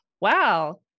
wow